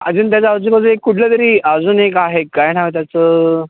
अजून त्याचा आजूबाजू एक कुठलं तरी अजून एक आहे काय नाव त्याचं